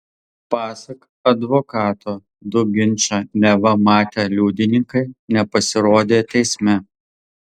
pasak advokato du ginčą neva matę liudininkai nepasirodė teisme